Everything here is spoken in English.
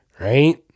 right